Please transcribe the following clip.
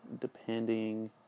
depending